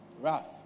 Wrath